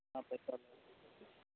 کتنا پیسہ